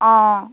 অঁ